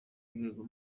rwego